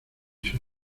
sus